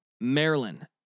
Maryland